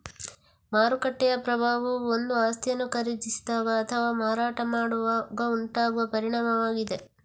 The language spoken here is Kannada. ಮಾರುಕಟ್ಟೆಯ ಪ್ರಭಾವವು ಒಂದು ಆಸ್ತಿಯನ್ನು ಖರೀದಿಸಿದಾಗ ಅಥವಾ ಮಾರಾಟ ಮಾಡುವಾಗ ಉಂಟಾಗುವ ಪರಿಣಾಮವಾಗಿದೆ